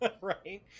Right